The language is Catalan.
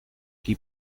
qui